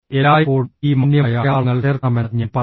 എല്ലായ്പ്പോഴും ഈ മാന്യമായ അടയാളങ്ങൾ ചേർക്കണമെന്ന് ഞാൻ പറഞ്ഞു